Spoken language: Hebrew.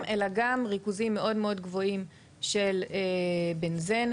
אלא גם ריכוזים מאוד גבוהים של בנזן.